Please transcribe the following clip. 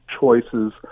choices